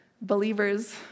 believers